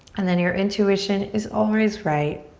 and then your intuition is always right.